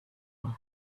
will